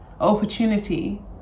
opportunity